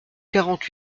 quarante